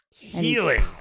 healing